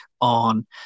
on